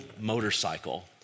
motorcycle